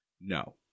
no